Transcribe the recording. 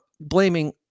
blaming